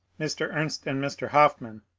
mr. ernst and mr. hofmann,